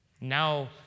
now